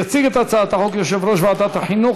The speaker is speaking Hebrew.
יציג את הצעת החוק יושב-ראש ועדת החינוך,